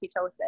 ketosis